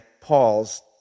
Paul's